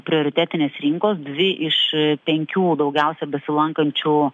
prioritetinės rinkos dvi iš penkių daugiausia besilankančių